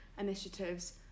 initiatives